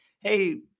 Hey